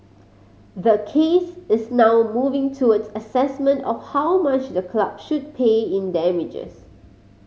the case is now moving towards assessment of how much the club should pay in damages